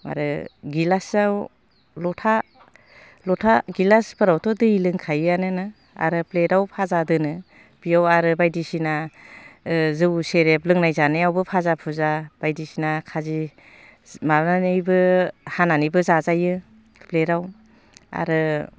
आरो गिलासाव लथा लथा गिलासफोरावथ' दै लोंखायोनो आरो प्लेटआव भाजा दोनो बियाव आरो बायदिसिना ओ जौ सेरेब लोंनाय जानायावबो भाजा भुजा बायदिसिना खाजि माबानानैबो हानानैबो जाजायो प्लेटआव आरो